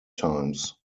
times